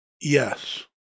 Yes